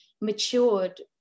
matured